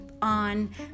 on